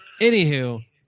Anywho